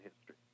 history